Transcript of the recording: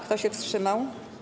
Kto się wstrzymał?